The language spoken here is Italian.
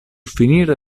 finire